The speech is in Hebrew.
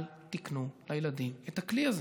אל תקנו לילדים את הכלי הזה,